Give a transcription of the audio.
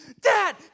Dad